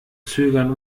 zögern